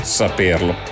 saperlo